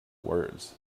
words